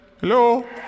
Hello